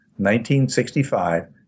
1965